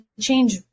change